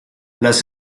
las